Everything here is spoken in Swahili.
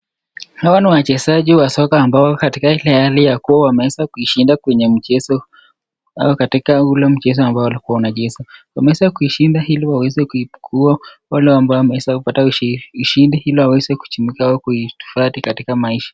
Hawa ni wachezaji wa soka ambao katika ile hali kuwa wameweza kuishinda kwenye mchezo au katika ule mchezo ambao ulikuwa unachezwa. Wameweza kuishinda ili waweze kuikuwa wale ambao wameweza kupata ushindi ili waweze kuihifadhi katika maisha.